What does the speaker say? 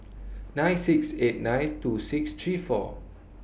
nine six eight nine two six three four